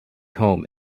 home